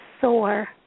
sore